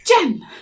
gem